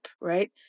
right